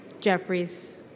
Jeffries